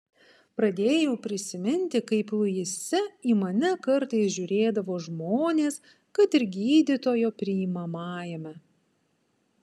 pradėjau prisiminti kaip luise į mane kartais žiūrėdavo žmonės kad ir gydytojo priimamajame